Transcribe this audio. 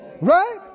Right